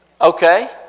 Okay